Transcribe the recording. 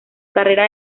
carrera